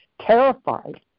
terrified